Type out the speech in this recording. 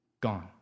gone